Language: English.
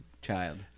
child